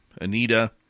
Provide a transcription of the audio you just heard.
Anita